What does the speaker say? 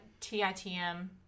TITM